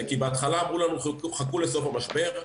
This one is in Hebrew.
בהתחלה אמרו לנו, חכו לסוף המשבר,